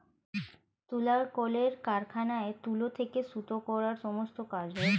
তুলার কলের কারখানায় তুলো থেকে সুতো করার সমস্ত কাজ হয়